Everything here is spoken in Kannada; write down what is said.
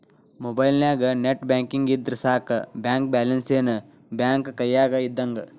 ಮೊಬೈಲ್ನ್ಯಾಗ ನೆಟ್ ಬ್ಯಾಂಕಿಂಗ್ ಇದ್ರ ಸಾಕ ಬ್ಯಾಂಕ ಬ್ಯಾಲೆನ್ಸ್ ಏನ್ ಬ್ಯಾಂಕ ಕೈಯ್ಯಾಗ ಇದ್ದಂಗ